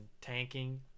tanking